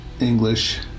English